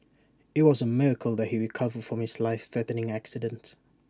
IT was A miracle that he recovered from his life threatening accident